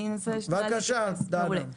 בבקשה, דנה.